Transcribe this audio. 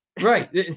Right